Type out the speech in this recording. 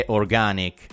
organic